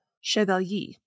Chevalier